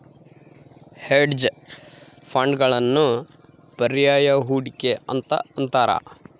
hedge ಫಂಡ್ಗಳನ್ನು ಪರ್ಯಾಯ ಹೂಡಿಕೆ ಅಂತ ಅಂತಾರ